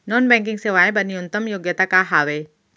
Non banking सेवाएं बर न्यूनतम योग्यता का हावे?